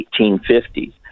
1850s